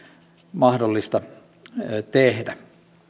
mahdollista tehdä